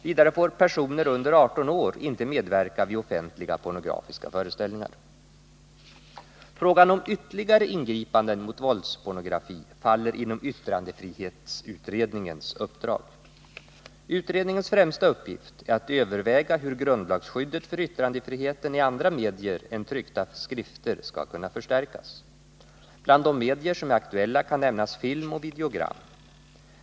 Vidare får personer under 18 år inte medverka vid offentliga pornografiska föreställningar. Frågan om ytterligare ingripanden mot våldspornografi faller inom yttrandefrihetsutredningens uppdrag. Utredningens främsta uppgift är att överväga hur grundlagsskyddet för yttrandefriheten i andra medier än tryckta skrifter skall kunna förstärkas. Bland de medier som är aktuella kan nämnas film och videogram.